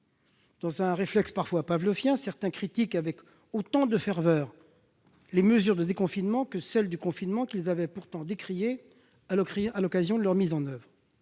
Dans un réflexe pavlovien, certains critiquent avec autant de ferveur les mesures du déconfinement que celles du confinement, qu'ils avaient pourtant décriées à l'occasion de leur mise en oeuvre.